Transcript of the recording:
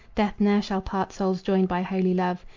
death ne'er shall part souls joined by holy love,